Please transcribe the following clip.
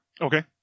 Okay